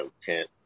tent